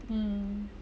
mm